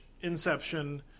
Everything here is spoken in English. Inception